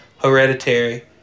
hereditary